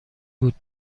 بود